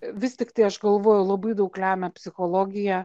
vis tiktai aš galvoju labai daug lemia psichologija